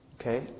Okay